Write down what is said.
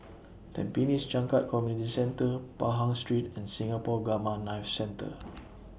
Tampines Changkat Community Centre Pahang Street and Singapore Gamma Knife Centre